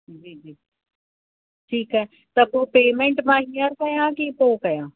जी जी ठीकु आहे त पोइ पेमेंट मां हींअर कयां कि पोइ कयां